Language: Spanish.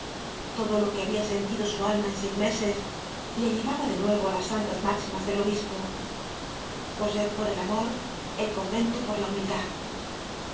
todo lo que habia sentido su alma en seis meses le llevaba de nuevo á las santas máximas del obispo cosette por el amor el convento por la humildad